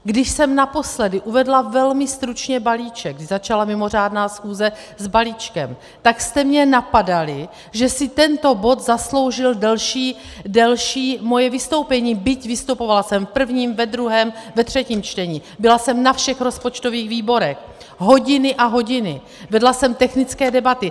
Když jsem naposledy uvedla velmi stručně balíček, začala mimořádná schůze s balíčkem, tak jste mě napadali, že si tento bod zasloužil moje delší vystoupení, byť jsem vystupovala v prvním, ve druhém, ve třetím čtení, byla jsem na všech rozpočtových výborech, hodiny a hodiny, vedla jsem technické debaty.